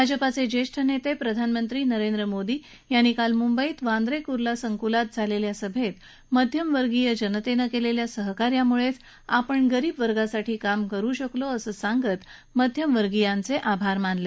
भाजपचे ज्येष्ठ नेते प्रधानमंत्री नरेंद्र मोदी यांनी काल मुंबईत वांद्रे कुर्ला मद्यानावर झालेल्या सभेत मध्यमवर्गीय जनतेने केलेल्या सहकार्यामुळेच आपण गरीब वर्गासाठी काम करू शकलो असं सांगत मध्यमवर्गीयांचे आभार मानले